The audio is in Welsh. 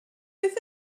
beth